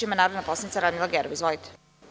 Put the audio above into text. Reč ima narodna poslanica Radmila Gerov, izvolite.